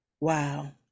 Wow